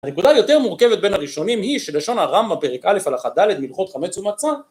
הנקודה היותר מורכבת בין הראשונים, היא שלשון הרמב"ם פרק א' הלכה ד' הילכות חמץ ומצה...